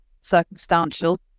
circumstantial